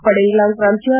ಪಡೆಂಗ್ಲಾಂಗ್ ಪ್ರಾಂತ್ಲ